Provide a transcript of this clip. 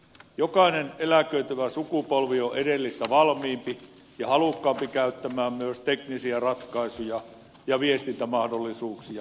jokainen eläköityvä sukupolvi on edellistä valmiimpi ja halukkaampi käyttämään myös teknisiä ratkaisuja ja viestintämahdollisuuksia yhä laajemmin